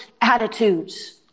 attitudes